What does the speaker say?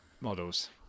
models